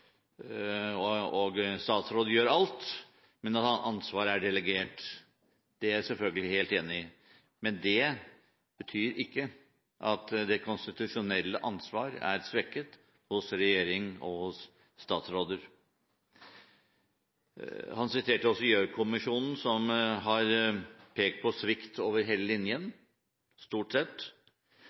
gjør alt, men at ansvaret er delegert. Det er jeg selvfølgelig helt enig i. Men det betyr ikke at det konstitusjonelle ansvar er svekket hos regjeringen og statsråder. Han siterte Gjørv-kommisjonen som har pekt på svikt over hele linjen – stort sett.